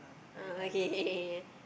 ah okay okay okay okay yeah